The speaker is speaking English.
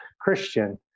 Christian